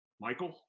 Michael